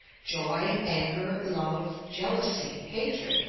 joy, anger, love, jealousy, hatred,